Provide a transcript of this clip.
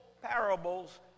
parables